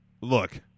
Look